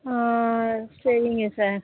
சரிங்க சார்